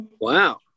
Wow